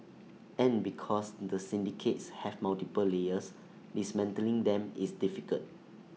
and because the syndicates have multiple layers dismantling them is difficult